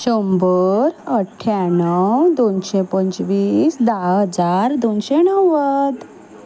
शंबर अठ्ठ्याणव दोनशें पंचवीस धा हजार दोनशें णव्वद